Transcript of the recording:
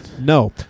No